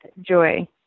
joy